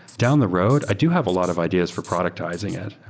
down the road, i do have a lot of ideas for productizing it.